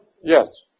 Yes